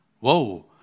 Whoa